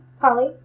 Polly